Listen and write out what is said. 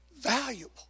valuable